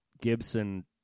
Gibson